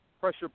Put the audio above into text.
pressure